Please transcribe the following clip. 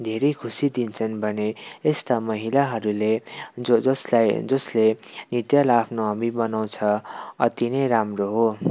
धेरै खुसी दिन्छन् भने यस्ता महिलाहरूले जो जसलाई जसले नृत्यलाई आफ्नो हबी बनाउँछ अति नै राम्रो हो